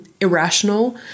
irrational